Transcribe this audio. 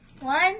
One